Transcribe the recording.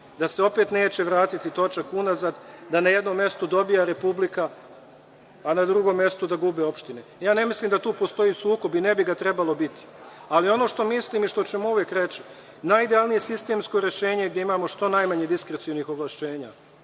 da se opet neće vratiti točak unazad, da na jednom mestu dobija Republika, a na drugom mestu da gube opštine. Ja ne mislim da tu postoji sukob i ne bi ga trebalo biti, ali ono što mislim i što ćemo uvek reći, najidealnije sistemsko rešenje je gde imamo što manje diskrecionih ovlašćenja,